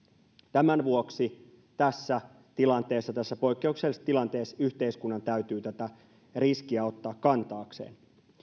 tämän vuoksi tässä tilanteessa tässä poikkeuksellisessa tilanteessa yhteiskunnan täytyy tätä riskiä ottaa kantaakseen